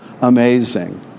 amazing